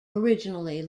originally